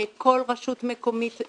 כל רשות מקומית,